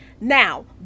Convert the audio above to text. now